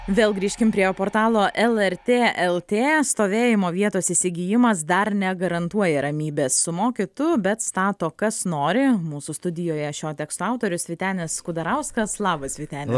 vėl grįžkim prie portalo lrt lt stovėjimo vietos įsigijimas dar negarantuoja ramybės sumoki tu bet stato kas nori mūsų studijoje šio teksto autorius vytenis kudarauskas labas vyteni